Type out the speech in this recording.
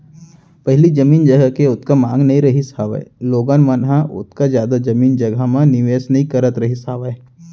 पहिली जमीन जघा के ओतका मांग नइ रहिस हावय लोगन मन ह ओतका जादा जमीन जघा म निवेस नइ करत रहिस हावय